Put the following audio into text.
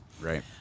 Right